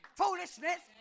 foolishness